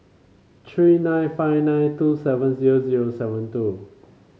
three nine five nine two seven zero zero seven two